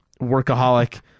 workaholic